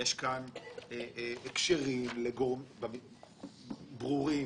יש הקשרים ברורים.